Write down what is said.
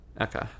Okay